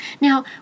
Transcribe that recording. Now